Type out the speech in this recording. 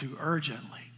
Urgently